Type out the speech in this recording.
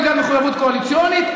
בגלל מחויבות קואליציונית,